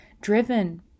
driven